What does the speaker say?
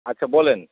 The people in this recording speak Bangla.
আচ্ছা বলেন